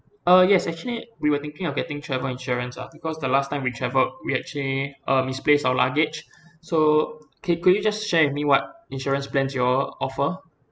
uh yes actually we were thinking of getting travel insurance lah because the last time we travelled we actually uh misplaced our luggage so okay could you just share with me what insurance plans you all offer